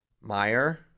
Meyer